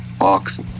Walks